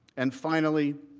and finally,